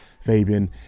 Fabian